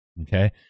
Okay